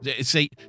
See